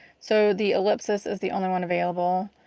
so the ellipsis is the only one available.